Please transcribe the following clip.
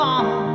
on